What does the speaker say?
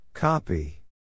Copy